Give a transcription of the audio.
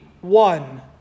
one